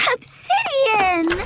Obsidian